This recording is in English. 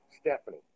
Stephanie